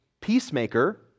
peacemaker